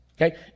Okay